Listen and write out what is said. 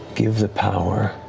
give the power